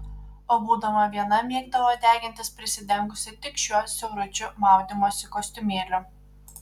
o būdama viena mėgdavo degintis prisidengusi tik šiuo siauručiu maudymosi kostiumėliu